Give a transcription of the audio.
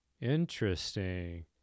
Interesting